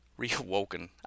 Reawoken